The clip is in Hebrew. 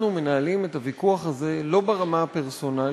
אנחנו מנהלים את הוויכוח הזה לא ברמה הפרסונלית,